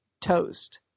toast